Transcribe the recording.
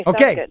Okay